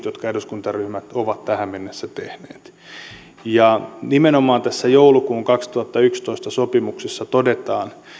jotka eduskuntaryhmät ovat tähän mennessä tehneet nimenomaan tässä joulukuun kaksituhattayksitoista sopimuksessa todetaan